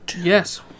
Yes